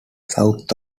south